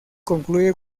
concluye